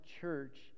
church